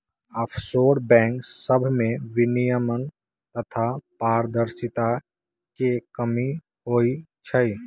offshore bank सभमें विनियमन तथा पारदर्शिता के कमी होइ छइ